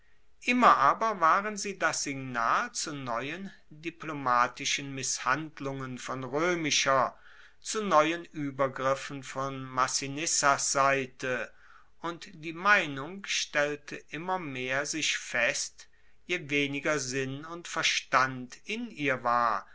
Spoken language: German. immer aber waren sie das signal zu neuen diplomatischen misshandlungen von roemischer zu neuen uebergriffen von massinissas seite und die meinung stellte immer mehr sich fest je weniger sinn und verstand in ihr war